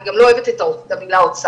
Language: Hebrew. אני גם לא אוהבת את המילה הוצאה,